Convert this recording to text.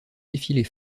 défilés